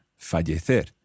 fallecer